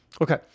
Okay